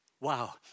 Wow